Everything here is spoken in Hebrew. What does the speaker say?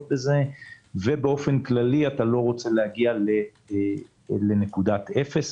בזה ובאופן כללי אתה לא רוצה להגיע לנקודת אפס.